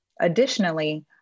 Additionally